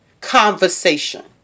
conversation